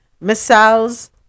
missiles